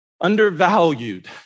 undervalued